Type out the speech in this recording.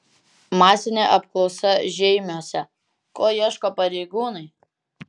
masinė apklausa žeimiuose ko ieško pareigūnai